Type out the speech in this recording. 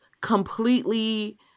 completely